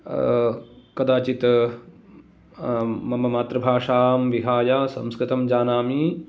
कदाचित् मम मातृभाषां विहाय संस्कृतं जानामि